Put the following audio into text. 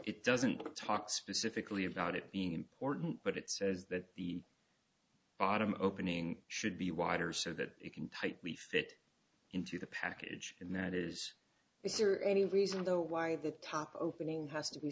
it doesn't talk specifically about it being important but it says that the bottom opening should be wider so that it can tightly fit into the package and that is is there any reason though why the top opening has to be